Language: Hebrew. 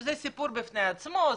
שזה סיפור בפני עצמו.